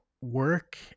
work